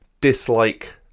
dislike